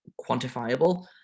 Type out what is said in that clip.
quantifiable